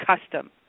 custom